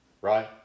Right